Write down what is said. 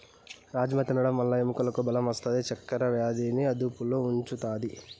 రాజ్మ తినడం వల్ల ఎముకలకు బలం వస్తాది, చక్కర వ్యాధిని అదుపులో ఉంచుతాది